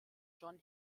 john